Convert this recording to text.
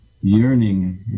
yearning